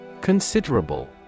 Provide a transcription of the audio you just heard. Considerable